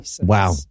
Wow